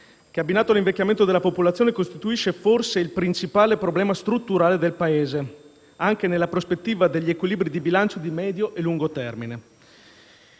che, abbinato all'invecchiamento della popolazione, costituisce forse il principale problema strutturale del Paese, anche nella prospettiva degli equilibri di bilancio di medio e lungo termine.